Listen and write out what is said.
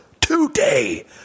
today